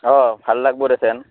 অঁ ভাল লাগব এথেন